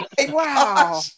Wow